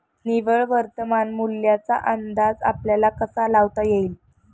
निव्वळ वर्तमान मूल्याचा अंदाज आपल्याला कसा लावता येईल?